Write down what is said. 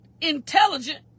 intelligent